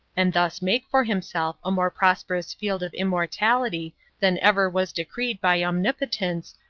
and thus make for himself a more prosperous field of immortality than ever was decreed by omnipotence,